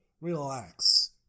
Relax